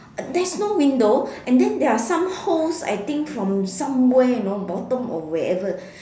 there's no window and then there are some holes I think from somewhere you know bottom or wherever